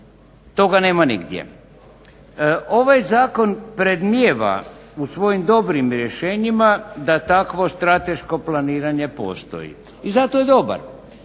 Toga nema nigdje. Ovaj zakon predmnijeva u svojim dobrim rješenjima da takvo strateško planiranje postoji. I zato je dobar